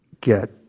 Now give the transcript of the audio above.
get